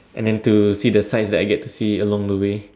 and then to see the sights that I get to see along the way